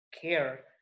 care